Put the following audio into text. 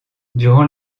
durant